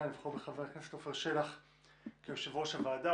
לבחור בחבר הכנסת עפר שלח כיושב-ראש הוועדה.